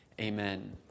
Amen